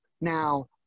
Now